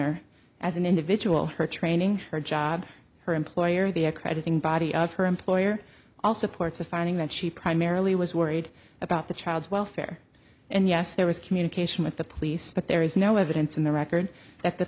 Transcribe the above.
questioner as an individual her training her job her employer the accrediting body of her employer all supports a finding that she primarily was worried about the child's welfare and yes there was communication with the police but there is no evidence in the record that the